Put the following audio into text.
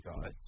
guys